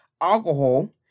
alcohol